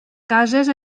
cases